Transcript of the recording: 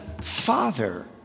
Father